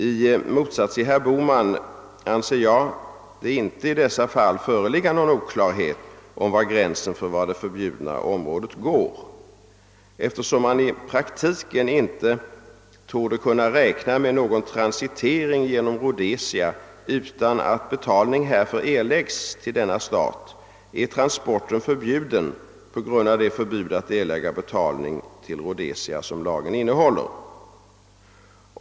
I motsats till herr Bohman anser jag att det i detta fall inte föreligger någon oklarhet om var det förbjudna området går. Eftersom man i praktiken inte torde kunna räkna" med någon transitering genom Rhodesia utan att betalning härför erlägges till denna stat, är transporten förbjuden på grund av det förbud att erlägga betalning till Rhodesia som lagen innehåller.